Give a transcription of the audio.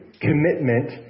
commitment